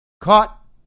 caught